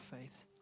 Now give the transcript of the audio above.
faith